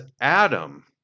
Adam